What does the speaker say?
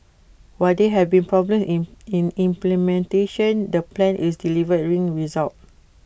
while there have been problem in implementation the plan is delivering results